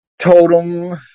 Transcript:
totem